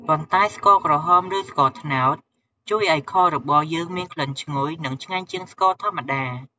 ប៉ុន្តែស្ករក្រហម ឬ ស្ករត្នោតជួយឱ្យខរបស់យើងមានក្លិនឈ្ងុយ និងឆ្ងាញ់ជាងស្ករធម្មតា។